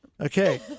Okay